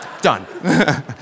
Done